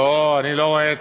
לא, אני לא רואה.